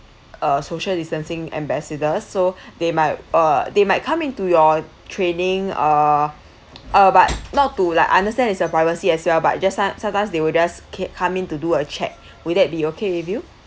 uh social distancing ambassador so they might uh they might come into your training uh uh but not to like understand is your privacy as well but just some~ sometimes they will just keep coming to do a check will that be okay with you